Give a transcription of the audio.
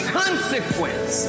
consequence